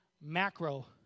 macro